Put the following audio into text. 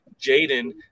Jaden